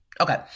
Okay